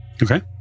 Okay